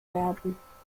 werden